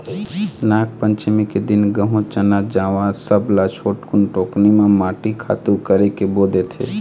नागपंचमी के दिन गहूँ, चना, जवां सब ल छोटकुन टुकनी म माटी खातू करके बो देथे